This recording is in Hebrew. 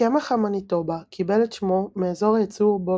קמח המניטובה קיבל את שמו מאזור הייצור בו